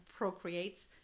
procreates